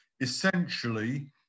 essentially